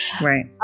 right